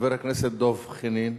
חבר הכנסת דב חנין,